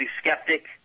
skeptic